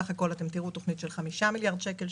סך הכל תראו תכנית של חמישה מיליארד שקל,